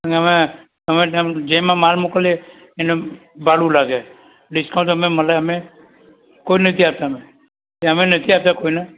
અને અમે તમે જેમ જેમાં માલ મોકલીએ એનું ભાડું લાગે ડિકાઉન્ટ તો અમે મળે અમે કોઈને નથી આપતા અમે એટલે અમે નથી આપતા કોઈને